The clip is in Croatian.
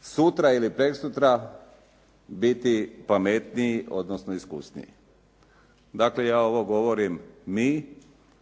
sutra ili prekosutra biti pametniji ili iskusniji. Dakle, ja ovo govorim mi,